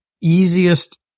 easiest